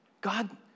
God